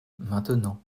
maintenant